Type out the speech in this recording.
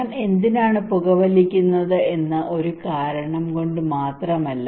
ഞാൻ എന്തിനാണ് പുകവലിക്കുന്നത് എന്നത് ഒരു കാരണം കൊണ്ട് മാത്രമല്ല